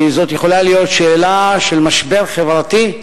כי זאת יכולה להיות שאלה של משבר חברתי,